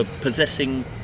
possessing